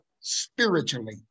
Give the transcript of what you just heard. spiritually